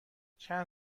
چند